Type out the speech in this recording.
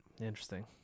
Interesting